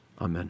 Amen